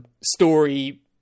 story